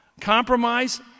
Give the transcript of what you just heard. Compromise